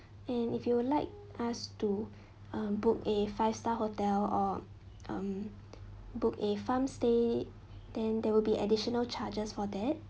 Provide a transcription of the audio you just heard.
and if you would like us to um book a five star hotel or um book a farm stay then there will be additional charges for that